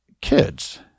kids